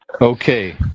Okay